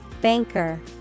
Banker